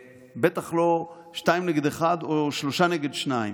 בטח לא שניים נגד אחד או שלושה נגד שניים.